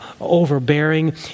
overbearing